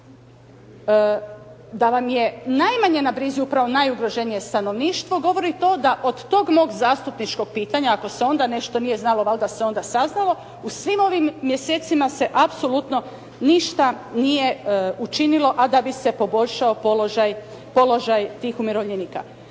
Da vam je najmanje na brizi upravo najugroženije stanovništvo govori to da od tog mog zastupničkog pitanja, ako se onda nešto nije znalo, valjda se onda saznalo u svim ovim mjesecima se apsolutno ništa nije učinilo, a da bi se poboljšao položaj tih umirovljenika.